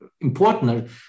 important